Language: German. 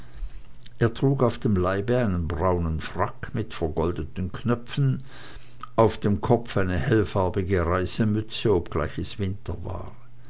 er trug auf dem leibe einen braunen frack mit vergoldeten knöpfen auf dem kopf eine hellfarbige reisemütze obgleich es winter war